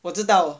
我知道